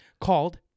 called